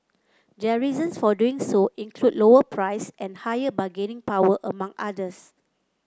their reasons for doing so include lower price and higher bargaining power among others